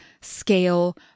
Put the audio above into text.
scale